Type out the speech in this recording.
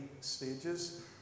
stages